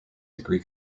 degree